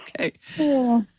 okay